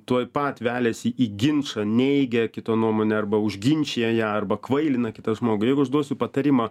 tuoj pat veliasi į ginčą neigia kito nuomonę arba užginčija ją arba kvailina kitą žmogų jeigu aš duosiu patarimą